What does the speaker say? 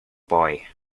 buoy